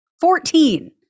Fourteen